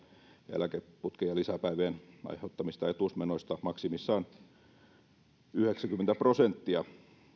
eläkeputkien lisäpäivien aiheuttamista etuusmenoista maksimissaan yhdeksänkymmentä prosenttia